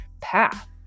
path